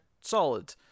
Solid